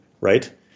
right